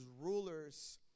rulers